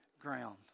ground